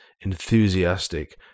enthusiastic